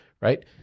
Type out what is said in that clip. right